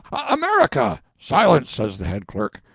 america silence! says the head clerk.